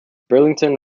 burlington